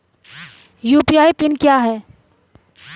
UPI PIN क्या है?